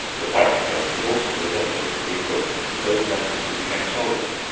the parish church was also the depot for the equipment of those members who became soldiers.